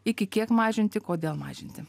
iki kiek mažinti kodėl mažinti